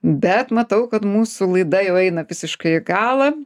bet matau kad mūsų laida jau eina visiškai į galą